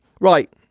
Right